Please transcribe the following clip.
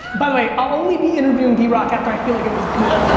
by the way, i'll only be interviewing drock after i feel like it was good.